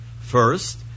First